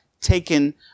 taken